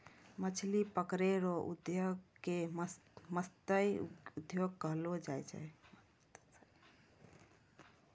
मछली पकड़ै रो उद्योग के मतस्य उद्योग कहलो जाय छै